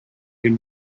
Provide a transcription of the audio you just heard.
can